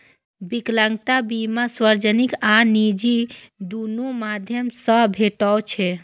विकलांगता बीमा सार्वजनिक आ निजी, दुनू माध्यम सं भेटै छै